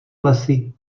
lesy